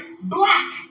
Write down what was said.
black